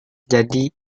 jadi